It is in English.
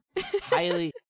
highly